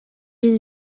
has